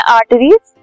Arteries